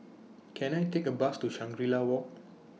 Can I Take A Bus to Shangri La Walk